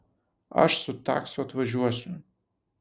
aš su taksu atvažiuosiu